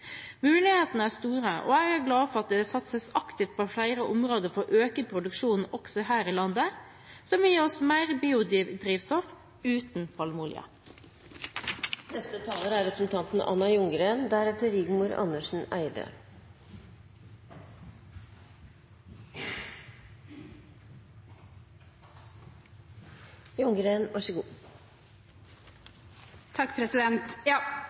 Mulighetene er store, og jeg er glad for at det satses aktivt på flere områder for å øke produksjonen også her i landet, som vil gi oss mer biodrivstoff uten palmeolje. En av de viktigste sektorene der utslippene må ned, er